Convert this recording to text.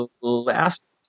last